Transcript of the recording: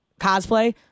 cosplay